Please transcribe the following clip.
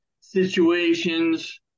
situations